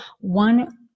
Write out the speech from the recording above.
one